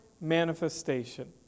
manifestation